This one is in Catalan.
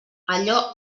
allò